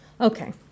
Okay